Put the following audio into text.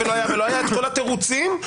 את כל התירוצים,